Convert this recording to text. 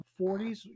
40s